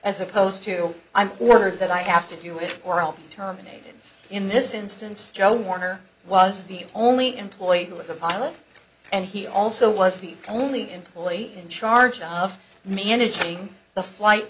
as opposed to i'm sure that i have to do it or all terminated in this instance joe warner was the only employee who was a pilot and he also was the only employee in charge of managing the flight